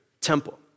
temple